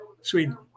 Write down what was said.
Sweden